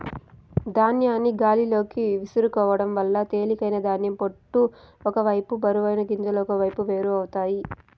ధాన్యాన్ని గాలిలోకి విసురుకోవడం వల్ల తేలికైన ధాన్యం పొట్టు ఒక వైపు బరువైన గింజలు ఒకవైపు వేరు అవుతాయి